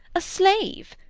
a slave!